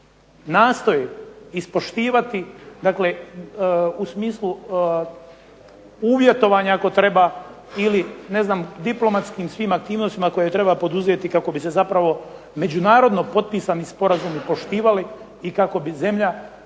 nastoji ispoštivati dakle u smislu uvjetovanja ako treba ili ne znam diplomatskim svim aktivnostima koje treba poduzeti kako bi se međunarodno potpisani sporazumi poštivali i kako bi zemlja